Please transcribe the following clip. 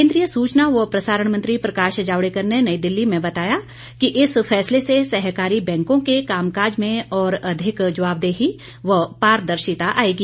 केंद्रीय सुचना व प्रसारण मंत्री प्रकाश जावड़ेकर ने नई दिल्ली में बताया कि इस फैसले से सहकारी बैंकों के कामकाज मे और अधिक जवाबदेही व पारदर्शिता आएगी